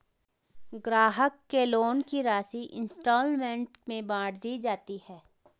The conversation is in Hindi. ग्राहक के लोन की राशि इंस्टॉल्मेंट में बाँट दी जाती है